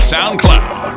SoundCloud